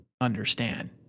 understand